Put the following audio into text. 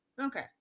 Okay